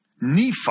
Nephi